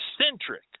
centric